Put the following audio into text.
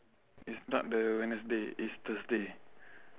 it's not the wednesday it's thursday